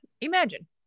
Imagine